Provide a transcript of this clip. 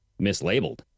mislabeled